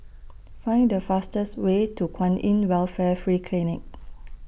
Find The fastest Way to Kwan in Welfare Free Clinic